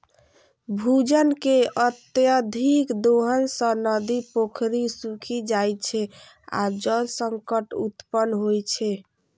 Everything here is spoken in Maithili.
भूजल के अत्यधिक दोहन सं नदी, पोखरि सूखि जाइ छै आ जल संकट उत्पन्न होइ छै